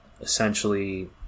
essentially